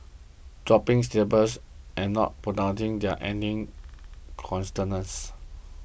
dropping syllables and not pronouncing their ending